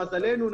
למזלנו,